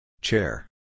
Chair